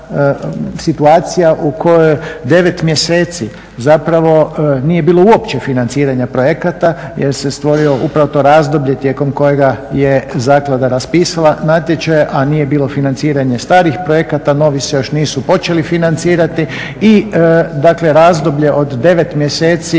u kojoj 9 mjeseci zapravo nije bilo uopće financiranja projekata jer se stvorilo upravo to razdoblje tijekom kojega je zaklada raspisala natječaj a nije bilo financiranje starih projekata. Novi se još nisu počeli financirati i dakle razdoblje od 9 mjeseci